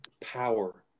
power